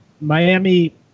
Miami